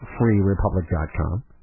freerepublic.com